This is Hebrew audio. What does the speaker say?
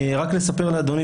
רק לספר לאדוני,